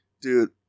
dude